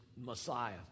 Messiah